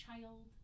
child